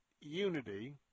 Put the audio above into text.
unity